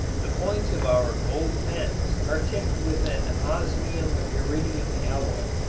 the points of our gold pens are tipped with an osmium-iridium alloy.